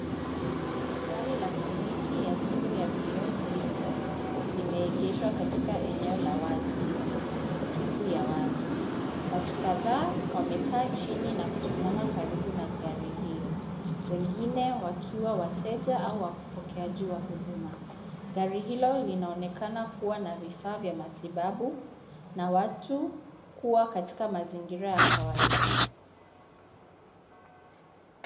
Gari la kliniki ya simu ya beyond zero limeegeshwa katika eneo la wazi, siku ya wazi. Watu kadhaa wamekaa chini na kusimama karibu na gari hilo. Wengine wakiwa wateja au wapokeaji wa huduma. Gari hilo linaonekana kuwa na vifaa vya matibabu na watu kuwa katika mazingira ya kawaida.